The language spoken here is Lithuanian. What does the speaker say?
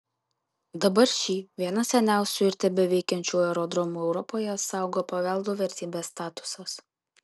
dabar šį vieną seniausių ir tebeveikiančių aerodromų europoje saugo paveldo vertybės statusas